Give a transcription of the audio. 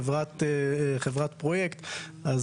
הלאה.